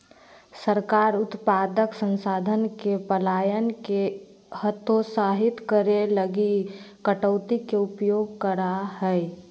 सरकार उत्पादक संसाधन के पलायन के हतोत्साहित करे लगी कटौती के उपयोग करा हइ